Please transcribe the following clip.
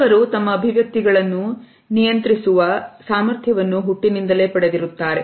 ಕೆಲವರು ತಮ್ಮ ಅಭಿವ್ಯಕ್ತಿಗಳನ್ನು ನಿಯಂತ್ರಿಸುವ ಸಾಮರ್ಥ್ಯವನ್ನು ಹುಟ್ಟಿನಿಂದಲೇ ಪಡೆದಿರುತ್ತಾರೆ